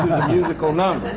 musical number?